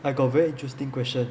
I got very interesting question